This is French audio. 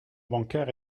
bancaire